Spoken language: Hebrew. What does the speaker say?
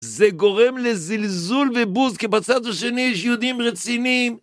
זה גורם לזלזול ובוז, כי בצד השני יש יהודים רציניים.